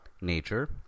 nature